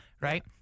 right